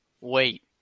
wait